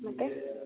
ಮತ್ತು